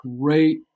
great